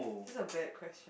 these are bad question